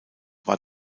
war